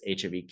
HIV